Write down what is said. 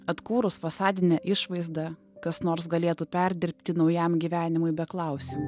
atkūrus fasadinę išvaizdą kas nors galėtų perdirbti naujam gyvenimui be klausimų